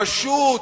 פשוט,